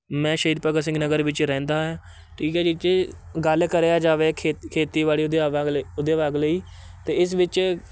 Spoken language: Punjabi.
ਮੈਂ ਸ਼ਹੀਦ ਭਗਤ ਸਿੰਘ ਨਗਰ ਵਿੱਚ ਰਹਿੰਦਾ ਏ ਠੀਕ ਹੈ ਜੀ ਜੇ ਗੱਲ ਕਰਿਆ ਜਾਵੇ ਖੇ ਖੇਤੀਬਾੜੀ ਲਈ ਅਤੇ ਇਸ ਵਿੱਚ